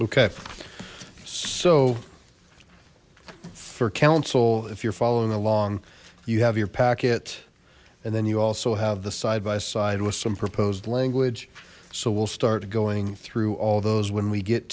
okay so for council if you're following along you have your packet and then you also have the side by side with some proposed language so we'll start going through all those when we get